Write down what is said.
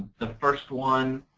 the first one